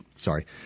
Sorry